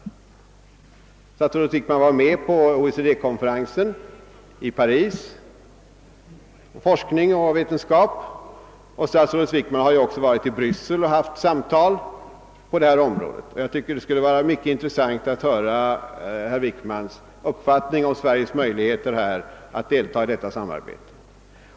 Statsrådet Wickman var med på OECD-konferensen i Paris om forskning och vetenskap, och han har också deltagit i samtal därom i Bryssel. Det skulle nu vara mycket intressant att höra herr Wickmans uppfattning om Sveriges möjligheter att delta i det samarbetet.